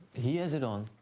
he has it on?